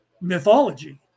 mythology